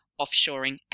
offshoring